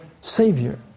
Savior